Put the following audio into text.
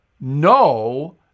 no